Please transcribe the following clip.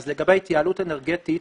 לגבי ההתייעלות האנרגטית.